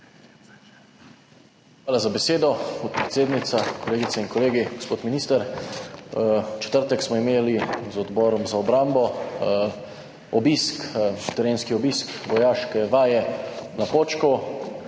Hvala za besedo, podpredsednica. Kolegice in kolegi, gospod minister! V četrtek smo imeli z Odborom za obrambo obisk, terenski obisk vojaške vaje na Počku.